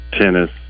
tennis